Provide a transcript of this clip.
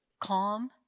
calm